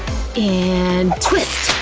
and twist!